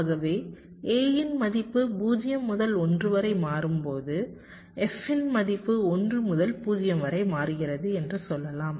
ஆகவே A இன் மதிப்பு 0 முதல் 1 வரை மாறும்போது f இன் மதிப்பு 1 முதல் 0 வரை மாறுகிறது என்று சொல்லலாம்